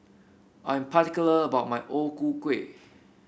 I'm particular about my O Ku Kueh